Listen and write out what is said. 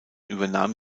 übernahm